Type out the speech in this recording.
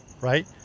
right